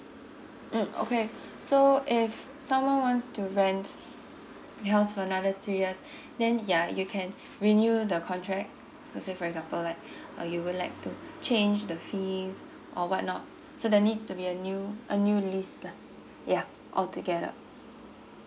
mm okay so if someone wants to rent your house for another three years then ya you can renew the contract so say for example like uh you would like to change the fees or what not so that needs to be a new a new list lah yeah altogether